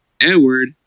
Edward